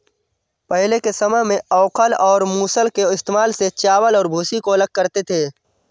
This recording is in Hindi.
पहले के समय में ओखल और मूसल के इस्तेमाल से चावल और भूसी को अलग करते थे